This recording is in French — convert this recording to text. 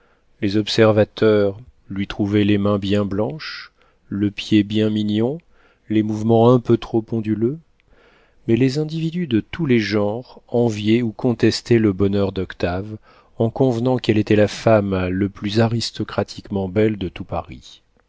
les observateurs lui trouvaient les mains bien blanches le pied bien mignon les mouvements un peu trop onduleux mais les individus de tous les genres enviaient ou contestaient le bonheur d'octave en convenant qu'elle était la femme le plus aristocratiquement belle de tout paris